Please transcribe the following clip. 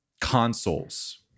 consoles